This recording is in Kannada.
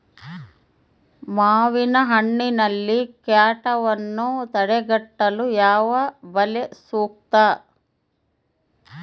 ಮಾವಿನಹಣ್ಣಿನಲ್ಲಿ ಕೇಟವನ್ನು ತಡೆಗಟ್ಟಲು ಯಾವ ಬಲೆ ಸೂಕ್ತ?